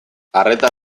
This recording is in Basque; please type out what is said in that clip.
arreta